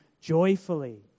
joyfully